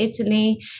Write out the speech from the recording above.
Italy